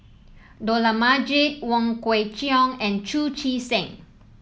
Dollah Majid Wong Kwei Cheong and Chu Chee Seng